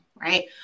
right